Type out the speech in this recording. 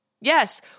Yes